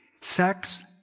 Sex